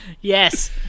Yes